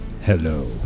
hello